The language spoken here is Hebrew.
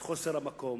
את חוסר המקום.